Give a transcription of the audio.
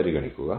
പരിഗണിക്കുക